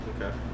Okay